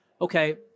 okay